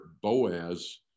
Boaz